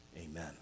Amen